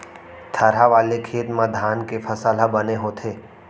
थरहा वाले खेत म धान के फसल ह बने होथे